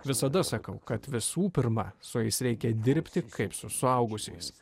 visada sakau kad visų pirma su jais reikia dirbti kaip su suaugusiais